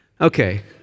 Okay